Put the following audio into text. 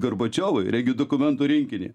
gorbačiovui regi dokumentų rinkinį